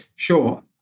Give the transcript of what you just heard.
Sure